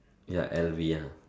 ya L_V ya